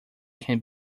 can